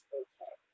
okay